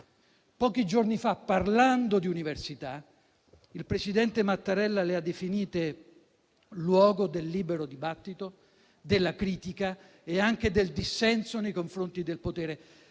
Pochi giorni fa, parlando di università, il presidente Mattarella le ha definite «luogo del libero dibattito, della critica e anche del dissenso nei confronti del potere».